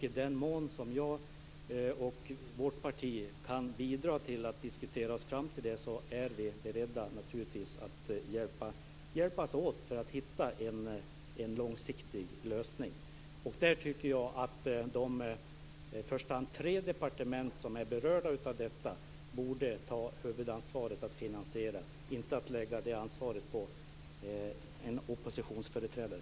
I den mån jag och vårt parti kan bidra genom att diskutera oss fram till det är vi naturligtvis beredda att hjälpas åt för att hitta en långsiktig lösning. Jag tycker att i första hand de tre departement som är berörda borde ta huvudansvaret för finansieringen och att de inte skall lägga detta ansvar på en oppositionsföreträdare.